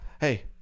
Hey